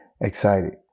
excited